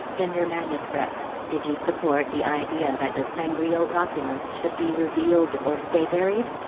in your manuscript, did you support the idea that the sangreal documents should be revealed or stay buried?